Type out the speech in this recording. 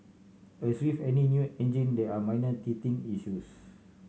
as with any new engine there are minor teething issues